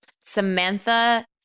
Samantha